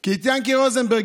כי עם יענקי רוזנברג,